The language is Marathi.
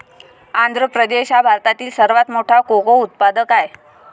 आंध्र प्रदेश हा भारतातील सर्वात मोठा कोको उत्पादक आहे